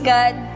God